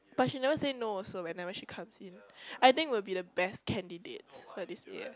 but she never say no also whenever she comes in I think we'll be the best candidates for this year